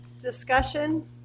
discussion